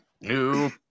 new